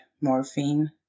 morphine